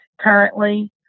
currently